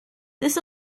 this